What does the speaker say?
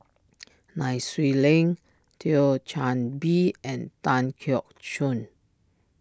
Nai Swee Leng Thio Chan Bee and Tan Keong Choon